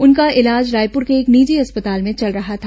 उनका इलाज रायपुर के एक निजी अस्पताल में चल रहा था